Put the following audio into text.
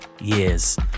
years